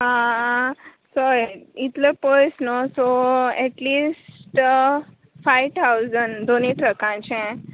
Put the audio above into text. आं कळ्ळें इतलें पयस न्हू सो एटलिस्ट फाय थाउजंड दोनी ट्रकांचें